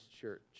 church